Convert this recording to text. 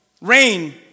rain